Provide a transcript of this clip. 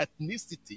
ethnicity